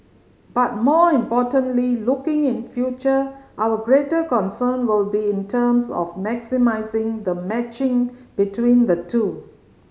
but more importantly looking in future our greater concern will be in terms of maximising the matching between the two